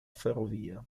ferrovia